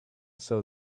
saw